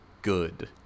Good